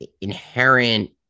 inherent